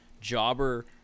jobber